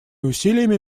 усилиями